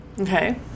okay